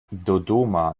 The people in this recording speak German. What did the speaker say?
dodoma